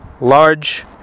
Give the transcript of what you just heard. large